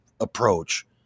approach